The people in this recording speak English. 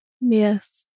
Yes